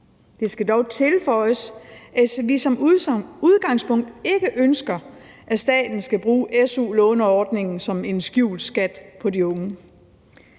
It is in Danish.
Det skal dog tilføjes, at vi som udgangspunkt ikke ønsker, at staten skal bruge su-låneordningen som en skjult skat på de unge.